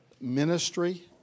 ministry